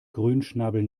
grünschnabel